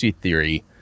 theory